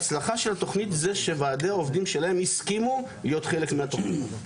ההצלחה של התכנית זה שוועדי עובדים שלהם הסכימו להיות חלק מהתכנית.